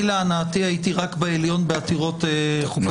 אני להנאתי הייתי רק בעליון בעתירות חוקתיות.